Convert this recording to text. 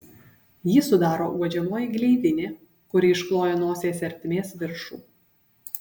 jį sudaro uodžiamoji gleivinė kuri iškloja nosies ertmės viršų